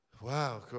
Wow